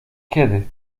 kiedy